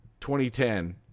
2010